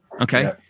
Okay